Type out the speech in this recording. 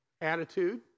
Attitude